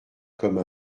comme